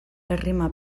errima